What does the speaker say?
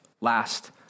last